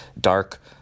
dark